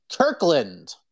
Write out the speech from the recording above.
Kirkland